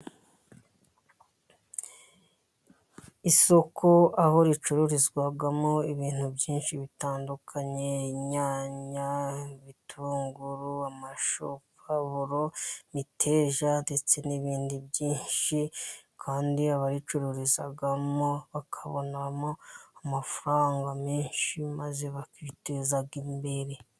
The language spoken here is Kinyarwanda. Isoko aho ricururizwamo ibintu byinshi bitandukanye, inyanya, ibitunguru, amashu, pavuro, imiteja, ndetse n'ibindi byinshi, kandi abayicururizamo bakabonamo amafaranga menshi maze bakiteza imbere.